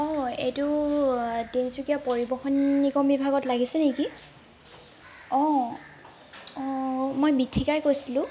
অঁ এইটো তিনিচুকীয়া পৰিবহন নিগম বিভাগত লাগিছে নেকি অঁ অঁ মই বীথিকাই কৈছিলো